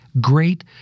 great